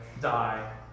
die